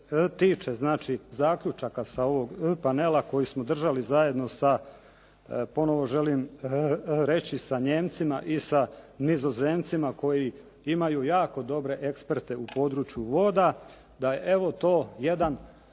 znači zaključaka sa ovog panela koji smo držali zajedno sa, ponovo želim reći sa Nijemcima i sa Nizozemcima koji imaju jako dobre eksperte u području voda da je evo to jedan